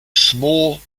small